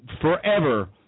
forever